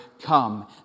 come